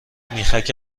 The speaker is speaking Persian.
میخک